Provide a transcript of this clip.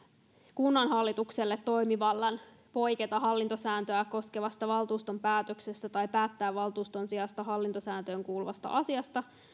kunnanhallitukselle toimivallan poiketa hallintosääntöä koskevasta valtuuston päätöksestä tai päättää valtuuston sijasta hallintosääntöön kuuluvasta asiasta